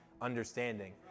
understanding